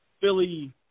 Philly